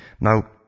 Now